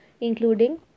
including